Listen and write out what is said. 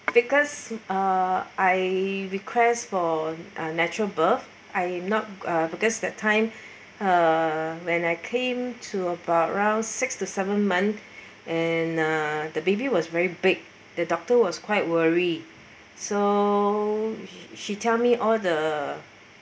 because uh I request for a natural birth I not uh because that time uh when I came to about around six to seven months and uh the baby was very big the doctor was quite worry so she tell me all the